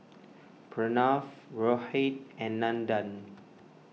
Pranav Rohit and Nandan